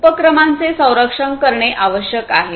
उपक्रमांचे संरक्षण करणे आवश्यक आहे